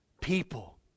People